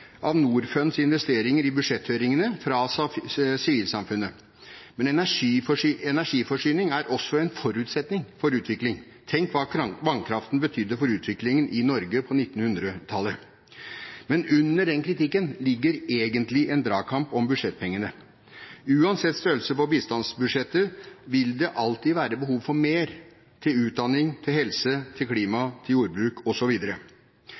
av Norfunds investeringer i budsjetthøringene fra sivilsamfunnet, men energiforsyning er også en forutsetning for utvikling. Tenk hva vannkraften betydde for utviklingen i Norge på 1900-tallet! Men under den kritikken ligger egentlig en dragkamp om budsjettpengene. Uansett størrelse på bistandsbudsjettet, vil det alltid være behov for mer til utdanning, helse, klima, jordbruk